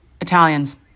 Italians